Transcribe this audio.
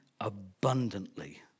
abundantly